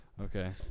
Okay